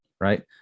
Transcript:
right